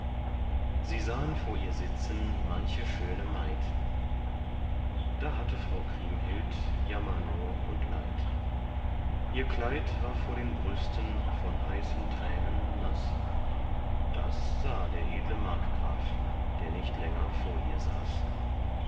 sie sahen vor ihr sitzen manche schöne maid da hatte frau kriemhild jammer nur und leid ihr kleid war vor den brüsten von heißen trännen naß das sah der edle markgraf der nicht länger vor ihr saß